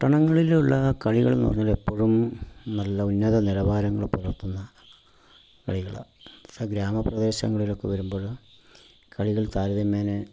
പട്ടണങ്ങളിലുള്ള കളികൾ എന്ന് പറഞ്ഞാല് എപ്പഴും നല്ല ഉന്നത നിലവാരങ്ങള് പുലർത്തുന്ന കളികളാണ് പക്ഷേ ഗ്രാമപ്രദേശങ്ങളിലൊക്കെ വരുമ്പോഴ് കളികൾ താരതമ്യേനെ